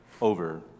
over